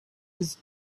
was